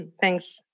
thanks